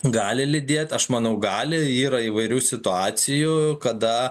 gali lydėt aš manau gali yra įvairių situacijų kada